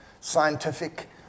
scientific